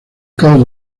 cabo